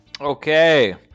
Okay